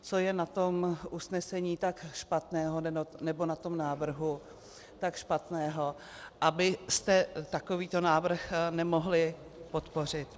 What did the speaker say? Co je na tom usnesení tak špatného, nebo na tom návrhu tak špatného, abyste takovýto návrh nemohli podpořit?